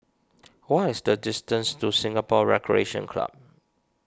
what is the distance to Singapore Recreation Club